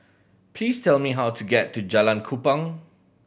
please tell me how to get to Jalan Kupang